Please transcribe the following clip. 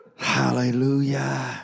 Hallelujah